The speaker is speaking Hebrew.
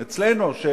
אצלנו,